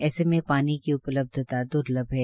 ऐसे में पानी की उपलब्धता द्र्लभ है